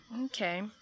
Okay